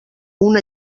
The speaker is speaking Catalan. una